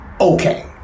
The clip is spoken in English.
okay